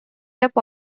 tip